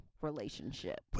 relationship